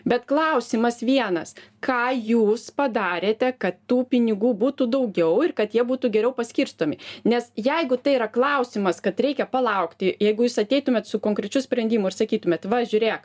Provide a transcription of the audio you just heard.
bet klausimas vienas ką jūs padarėte kad tų pinigų būtų daugiau ir kad jie būtų geriau paskirstomi nes jeigu tai yra klausimas kad reikia palaukti jeigu jūs ateitumėt su konkrečiu sprendimu ir sakytumėt va žiūrėk